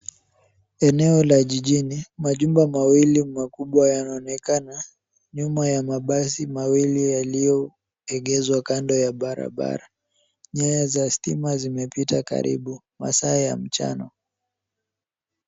Eneo la jijini, majumba mawili makubwa, yanaonekana, nyuma ya mabasi mawili yalioegezwa kando ya barabara. Nyaya za stima zimepita karibu. Masaa ya mchana.